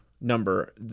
Number